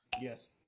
Yes